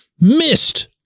missed